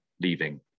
leaving